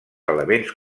elements